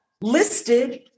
Listed